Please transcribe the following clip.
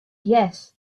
gjers